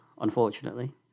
unfortunately